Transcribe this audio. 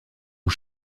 aux